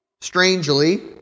strangely